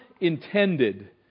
intended